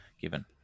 given